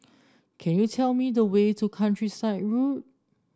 can you tell me the way to Countryside Road